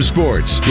Sports